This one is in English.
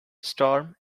storm